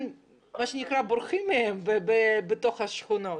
הם בורחים מהם בתוך השכונות.